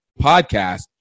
podcast